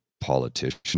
politician